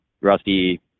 Rusty